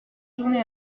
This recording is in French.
journée